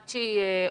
עד שהיא עולה,